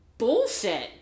bullshit